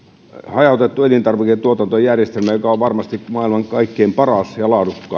hajautettu elintarviketuotantojen järjestelmä joka on varmasti maailman kaikkein paras ja laadukkain ja